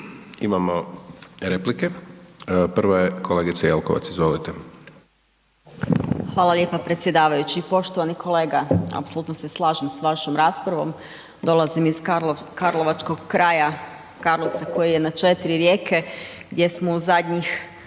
Imamo replike. Prva je kolegica Jelkovac, izvolite. **Jelkovac, Marija (HDZ)** Hvala lijepa predsjedavajući. Poštovani kolega apsolutno se slažem s vašom raspravom, dolazim iz karlovačkog kraja, Karlovca koji je na četiri rijeke gdje smo u zadnjih